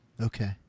Okay